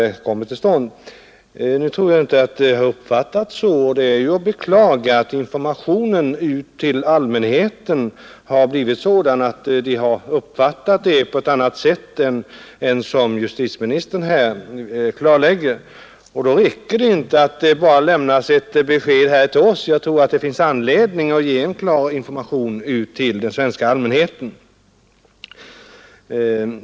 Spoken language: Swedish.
Nu tror jag inte att allmänheten uppfattat frågan på det sätt som statsrådet ger uttryck åt, och skulle det vara på det sättet är det att beklaga att informationen till allmänheten blivit sådan att allmänheten uppfattat saken annorlunda än justitieministern klarlagt. Då räcker det inte med att det bara lämnas ett besked till oss här i kammaren, utan jag tror det finns anledning att ge en klar information till den svenska allmänheten.